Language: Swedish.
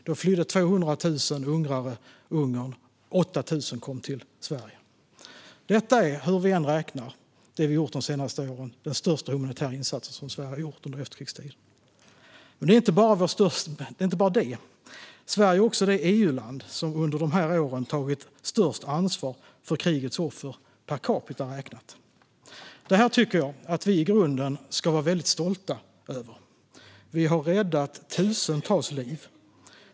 Då flydde 200 000 ungrare från Ungern, varav 8 000 kom till Sverige. Det vi gjort de senaste åren är, hur vi än räknar, den största humanitära insats som Sverige har gjort under efterkrigstiden. Men det är inte bara detta. Sverige är också det EU-land som under dessa år har tagit störst ansvar för krigets offer per capita räknat. Detta tycker jag att vi i grunden ska vara väldigt stolta över. Vi har räddat tusentals liv.